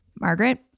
Margaret